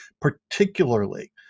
particularly